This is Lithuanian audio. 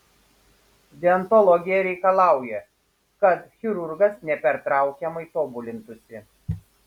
deontologija reikalauja kad chirurgas nepertraukiamai tobulintųsi